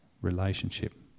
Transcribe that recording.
relationship